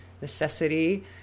necessity